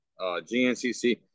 GNCC